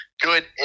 good